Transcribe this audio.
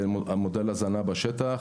ומודל ההזנה בשטח,